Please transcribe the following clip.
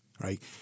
right